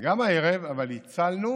גם הערב, אבל הצלנו